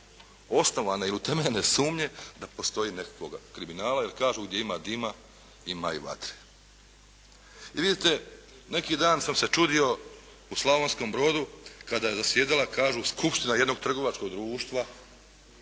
osnovane i utemeljene sumnje da postoji nekakvog kriminala. Jer kažu “gdje ima dima, ima i vatre. I vidite, neki dan sam se čudio u Slavonskom brodu kada je zasjedala, kažu skupština jednog trgovačkog društva